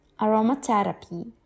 aromatherapy